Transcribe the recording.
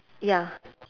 ya